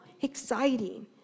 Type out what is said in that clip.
exciting